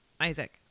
Isaac